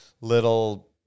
little